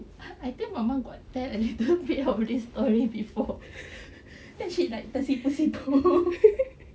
I think mama got tell a little bit of this story before then she like tersipu-sipu